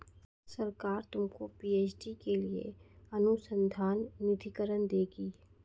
सरकार तुमको पी.एच.डी के लिए अनुसंधान निधिकरण देगी